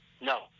No